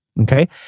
Okay